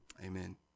Amen